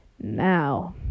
now